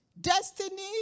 Destiny